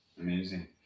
amazing